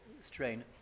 strain